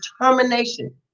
determination